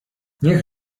niech